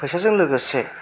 फैसाजों लोगोसे